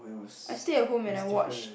I stay at home and I watch